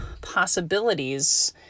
possibilities